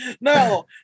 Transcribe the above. no